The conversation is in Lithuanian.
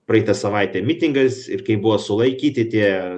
praeitą savaitę mitingas ir kai buvo sulaikyti tie